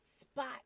spot